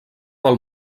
del